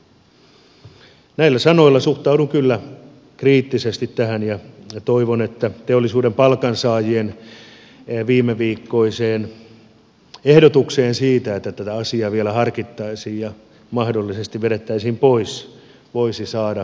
näillä sanoilla suhtaudun kyllä kriittisesti tähän ja toivon että teollisuuden palkansaajien viimeviikkoinen ehdotus siitä että tätä asiaa vielä harkittaisiin ja se mahdollisesti vedettäisiin pois voisi saada kannatusta